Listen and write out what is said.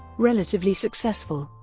relatively successful,